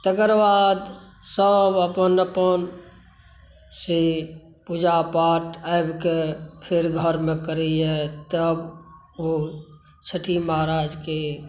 तकर बाद सभ अपन अपन से पूजा पाठ आबिके फेर घरमे करै यऽ तब ओ छठि महाराजके पूजाके अखंडित सुरसार लगबै यऽ